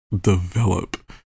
develop